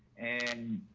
and,